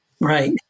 Right